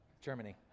Germany